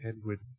Edward